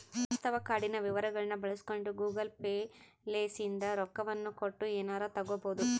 ವಾಸ್ತವ ಕಾರ್ಡಿನ ವಿವರಗಳ್ನ ಬಳಸಿಕೊಂಡು ಗೂಗಲ್ ಪೇ ಲಿಸಿಂದ ರೊಕ್ಕವನ್ನ ಕೊಟ್ಟು ಎನಾರ ತಗಬೊದು